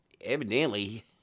evidently